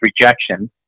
rejection